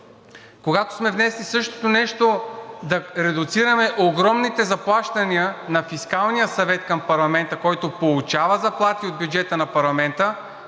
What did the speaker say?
Когато сме внесли същото нещо да редуцираме огромните заплащания на Фискалния съвет към парламента, който получава заплати от бюджета на парламента,